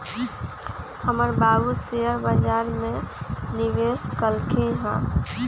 हमर बाबू शेयर बजार में निवेश कलखिन्ह ह